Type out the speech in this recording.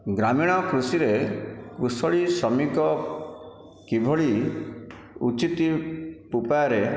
ଗ୍ରାମୀଣ କୃଷିରେ କୁଶଳୀ ଶ୍ରମିକ କିଭଳି ଉଚିତ୍ ଉପାୟରେ